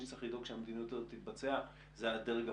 שצריך לדאוג שהמדיניות הזאת תתבצע זה הדרג הפוליטי.